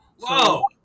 Whoa